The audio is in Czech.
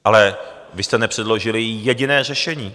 Ale vy jste nepředložili jediné řešení.